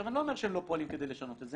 אני לא אומר שהם לא פועלים כדי לשנות את זה,